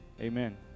Amen